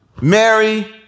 Mary